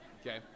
okay